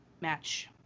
match